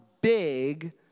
big